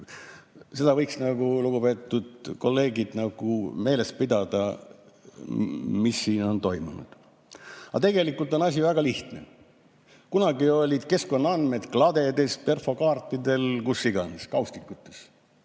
seda võiks, lugupeetud kolleegid, meeles pidada, mis siin on toimunud. Aga tegelikult on asi väga lihtne. Kunagi olid keskkonnaandmed kladedes, perfokaartidel, kaustikutes